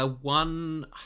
one